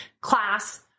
class